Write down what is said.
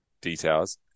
details